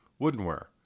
woodenware